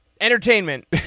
Entertainment